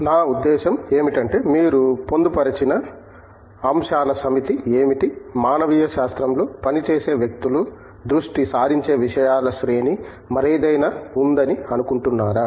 నా ఉద్దేశ్యం ఏమిటంటే మీరు పొందుపరచిన అంశాల సమితి ఏమిటి మానవీయ శాస్త్రంలో పనిచేసే వ్యక్తులు దృష్టి సారించే విషయాల శ్రేణి మరేదైనా ఉందని అనుకుంటుంన్నారా